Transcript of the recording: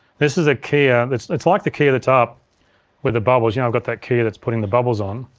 this is a keyer, it's it's like the keyer that's up with the bubbles, you know, i've got that keyer that's putting the bubbles on.